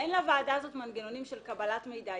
לוועדה הזאת אין מנגנונים של קבלת מידע.